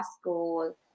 school